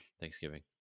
Thanksgiving